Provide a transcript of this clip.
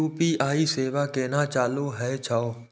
UPI सेवा केना चालू है छै?